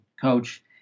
coach